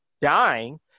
dying